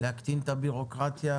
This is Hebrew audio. להקטין את הבירוקרטיה,